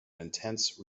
intense